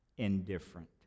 indifferent